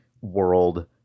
world